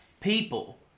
people